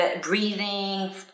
breathing